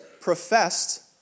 professed